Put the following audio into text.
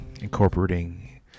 incorporating